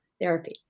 therapy